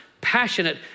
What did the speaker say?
passionate